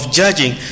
judging